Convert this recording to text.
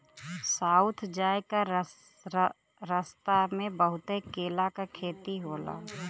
south जाए क रस्ता में बहुत केला क खेती होला